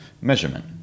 measurement